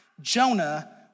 Jonah